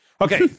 Okay